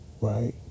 Right